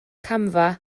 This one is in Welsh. camfa